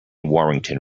warrington